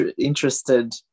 interested